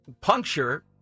puncture